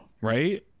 Right